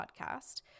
podcast